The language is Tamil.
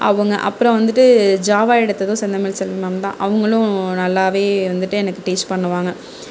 அவங்க அப்றம் வந்துட்டு ஜாவா எடுத்ததும் செந்தமிழ் செல்வி மேம்தான் அவங்களும் நல்லா வந்துட்டு எனக்கு டீச் பண்ணுவாங்க